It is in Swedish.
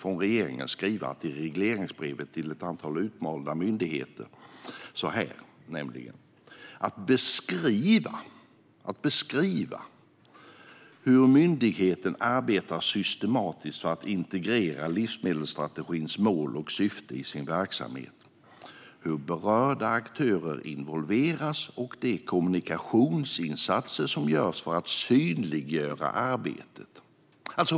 Regeringen skriver i regleringsbrevet till ett antal utvalda myndigheter att de ska "beskriva hur myndigheten arbetar systematiskt för att integrera livsmedelsstrategins mål och syfte i sin verksamhet, hur berörda aktörer involveras och beskriva de kommunikationsinsatser som görs för att synliggöra arbetet".